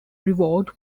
reward